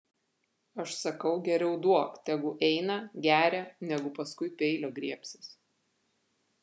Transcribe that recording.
aš sakau geriau duok tegu eina geria negu paskui peilio griebsis